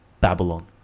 Babylon